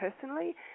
personally